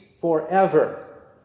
forever